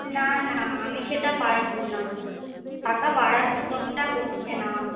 না না আমি সেটা পারবো না টাকা বাড়ানোর কথাটা হচ্ছে না